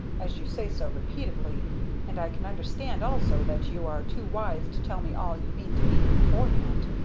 as you say so repeatedly and i can understand also that you are too wise to tell me all you mean to be beforehand.